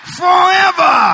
forever